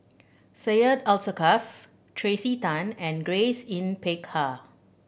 Syed Alsagoff Tracey Tan and Grace Yin Peck Ha